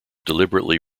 deliberately